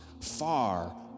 far